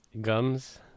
gums